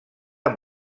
amb